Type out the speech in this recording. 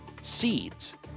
seeds